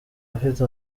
afite